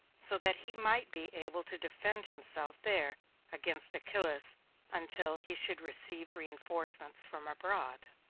so that he might be able to defend himself there against achillas until he should receive re-enforcements from abroad.